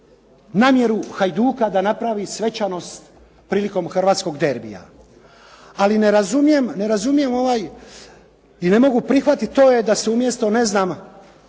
namjeru Hajduka da napravi svečanost prilikom hrvatskog derbija ali ne razumijem i ne mogu prihvatiti to da se umjesto ne znam